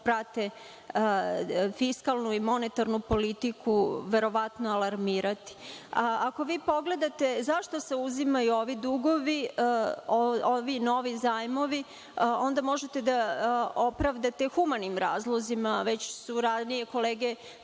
prate fiskalnu i monetarnu politiku verovatno alarmirati. Ako vi pogledate zašto se uzimaju ovi dugovi, ovi novi zajmovi, onda možete da opravdate humanim razlozima. Ranije su kolege